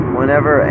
Whenever